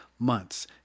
months